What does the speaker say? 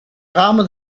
ramo